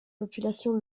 populations